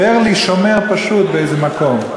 סיפר לי שומר פשוט באיזה מקום,